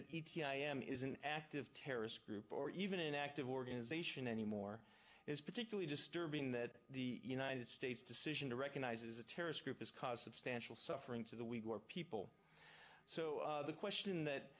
that i am is an active terrorist group or even an active organization any more is particularly disturbing that the united states decision to recognizes a terrorist group has caused substantial suffering to the weak or people so the question that